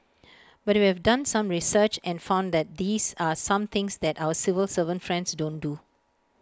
but we've done some research and found that these are some things that our civil servant friends don't do